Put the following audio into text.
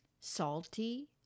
salty